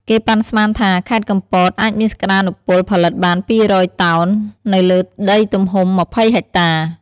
គេប៉ាន់ស្មានថា ខេត្តកំពតអាចមានសក្តានុពលផលិតបាន ២០០ តោន នៅលើដីទំហំ ២០ ហិចតា។